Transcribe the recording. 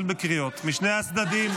בקריאות משני הצדדים.